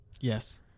Yes